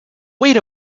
wait